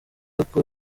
uko